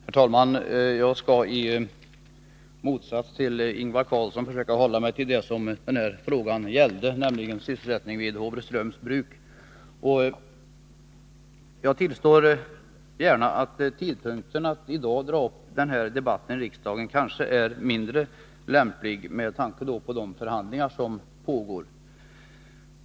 Herr talman! I motsats till Ingvar Karlsson i Bengtsfors skall jag försöka hålla mig till det som frågan gällde, nämligen sysselsättningen vid Håvreströms Bruk. Jag tillstår gärna att det kanske är mindre lämpligt att debattera frågan i dag med tanke på de förhandlingar som pågår.